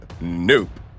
Nope